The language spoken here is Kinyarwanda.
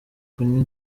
kunywa